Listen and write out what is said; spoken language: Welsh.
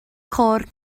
côr